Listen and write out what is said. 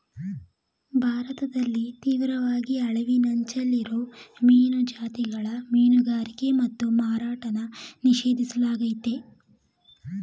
ಭಾರತದಲ್ಲಿ ತೀವ್ರವಾಗಿ ಅಳಿವಿನಂಚಲ್ಲಿರೋ ಮೀನು ಜಾತಿಗಳ ಮೀನುಗಾರಿಕೆ ಮತ್ತು ಮಾರಾಟನ ನಿಷೇಧಿಸ್ಲಾಗಯ್ತೆ